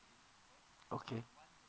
okay